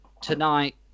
Tonight